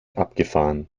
abgefahren